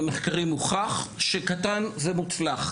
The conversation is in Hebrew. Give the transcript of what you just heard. הוכח במחקרים שקטן זה מוצלח.